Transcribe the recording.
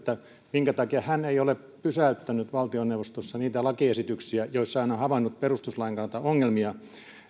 minkä takia hän ei ole pysäyttänyt valtioneuvostossa niitä lakiesityksiä joissa hän on havainnut perustuslain kannalta ongelmia